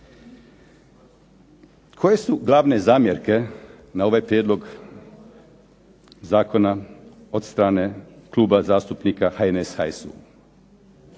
Koje su glavne zamjerke na ovaj prijedlog zakona od strane Kluba zastupnika HNS-HSU.